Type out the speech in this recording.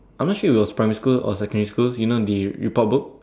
I'm not sure it was primary school or secondary school you know the report book